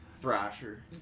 thrasher